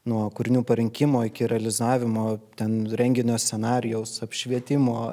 nuo kūrinių parinkimo iki realizavimo ten renginio scenarijaus apšvietimo